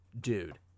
Dude